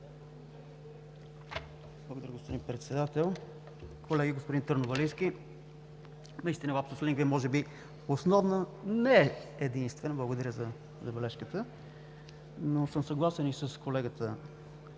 Благодаря Ви, господин Председател. Колеги, господин Търновалийски, наистина лапсус лингва е може би основна, не е единствена. Благодаря за забележката. Но съм съгласен и с колегата